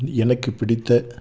எனக்கு பிடித்த